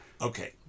Okay